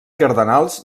cardenals